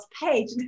page